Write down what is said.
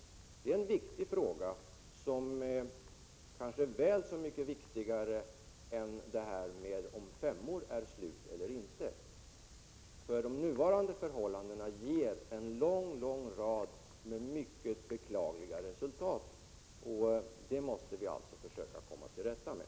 Det är en viktig fråga och kanske mycket viktigare än frågan om antalet femmor inte räcker till. De nuvarande förhållandena ger nämligen en lång rad med mycket beklagliga resultat, och dessa måste vi försöka komma till rätta med.